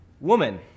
woman